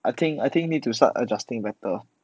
I think I think need to start adjusting better